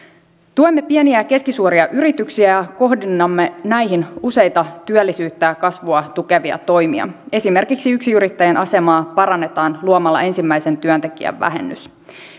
tuemme pieniä ja keskisuuria yrityksiä kohdennamme näihin useita työllisyyttä ja kasvua tukevia toimia esimerkiksi yksinyrittäjän asemaa parannetaan luomalla ensimmäisen työntekijän vähennys